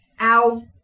Ow